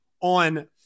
on